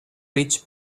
ridge